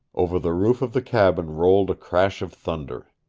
over the roof of the cabin rolled a crash of thunder.